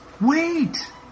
Wait